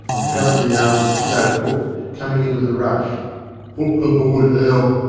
and fell into the arms of kiddo cook, coming in with the rush. put the boy out!